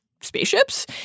spaceships